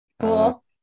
Cool